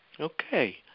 okay